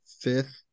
fifth